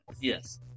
yes